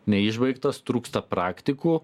neišbaigtas trūksta praktikų